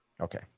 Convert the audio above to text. Okay